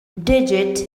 digit